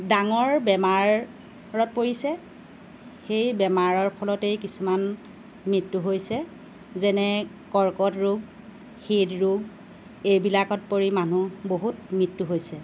ডাঙৰ বেমাৰত পৰিছে সেই বেমাৰৰ ফলতেই কিছুমান মৃত্যু হৈছে যেনে কৰ্কট ৰোগ হৃদৰোগ এইবিলাকত পৰি মানুহ বহুত মৃত্যু হৈছে